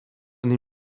nie